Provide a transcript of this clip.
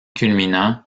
culminant